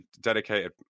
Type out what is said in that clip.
dedicated